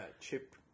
Chip